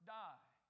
die